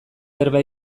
berba